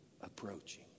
approaching